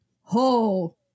ho